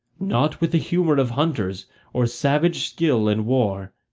not with the humour of hunters or savage skill in war,